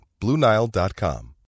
BlueNile.com